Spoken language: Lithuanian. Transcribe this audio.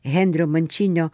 henrio mančinio